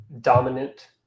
dominant